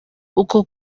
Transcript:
uko